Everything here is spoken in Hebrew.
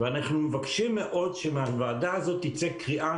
אנחנו מבקשים מאוד שמהוועדה הזאת תצא קריאה